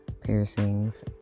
piercings